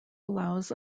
allows